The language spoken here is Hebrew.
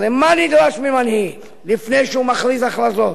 הרי מה נדרש ממנהיג לפני שהוא מכריז הכרזות?